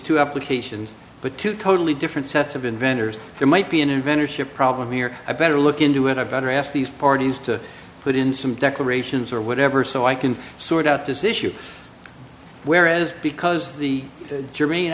two applications but two totally different sets of inventors there might be an inventor ship problem here i better look into it i better ask these parties to put in some declarations or whatever so i can sort out this issue whereas because the